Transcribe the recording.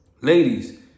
ladies